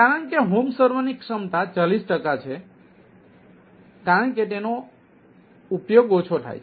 કારણ કે હોમ સર્વરની ક્ષમતા 40 ટકા છે કારણ કે તેનો ઓછો ઉપયોગ થાય છે